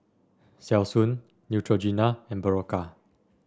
Selsun Neutrogena and Berocca